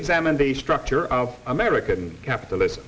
examine the structure of american capitalis